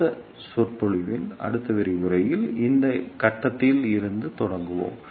அடுத்த சொற்பொழிவில் இந்த கட்டத்தில் இருந்து தொடங்குவோம்